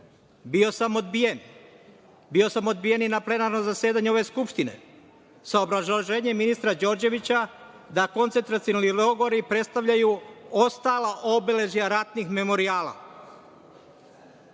Bio sam odbijen i na plenarnom zasedanju ove Skupštine sa obrazloženjem ministra Đorđevića da koncentracioni logori predstavljaju ostala obeležja ratnih memorijala.O